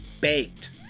baked